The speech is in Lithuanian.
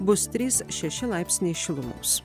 bus trys šeši laipsniai šilumos